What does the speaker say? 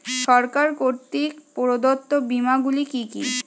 সরকার কর্তৃক প্রদত্ত বিমা গুলি কি কি?